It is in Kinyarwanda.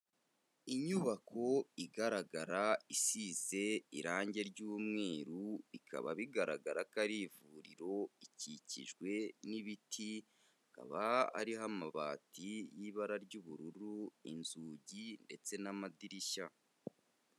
Inyubako igaragara isize irange ry'umweru, bikaba bigaragara ko ari ivuriro, ikikijwe n'ibiti, hakaba hariho amabati y'ibara ry'ubururu, inzugi ndetse n'amadirishya.